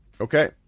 Okay